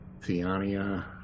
Theania